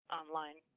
online